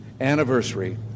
anniversary